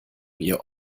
ihr